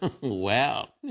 Wow